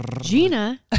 Gina